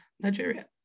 Nigeria